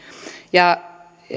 ja